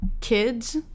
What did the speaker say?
kids